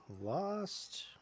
lost